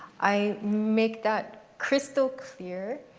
i make that crystal clear,